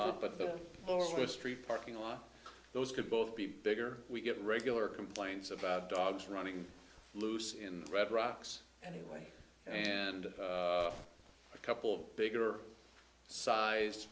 lot but the forestry parking lot those could both be bigger we get regular complaints about dogs running loose in red rocks anyway and a couple bigger sized